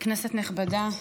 כנסת נכבדה,